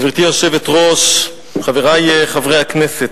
גברתי היושבת-ראש, חברי חברי הכנסת,